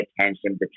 attention